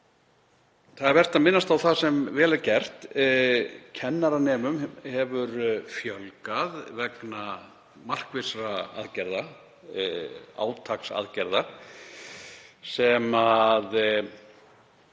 Það er vert að minnast á það sem vel er gert. Kennaranemum hefur fjölgað vegna markvissra aðgerða, átaksaðgerða sem